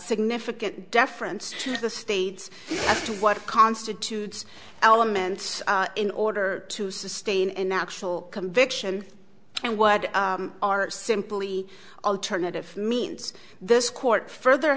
significant deference to the states to what constitutes elements in order to sustain an actual conviction and what are simply alternative means this court further